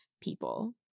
people